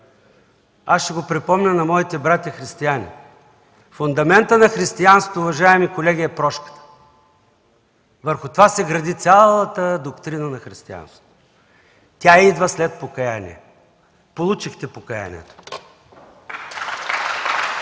Ще го припомня на моите братя християни. Фундаментът на християнството, уважаеми колеги, е прошката. Върху това се гради цялата доктрина на християнството. Тя идва след покаяние. Получихте покаянието!